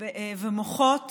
ומוחות